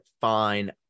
fine